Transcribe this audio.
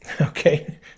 Okay